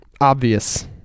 obvious